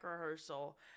rehearsal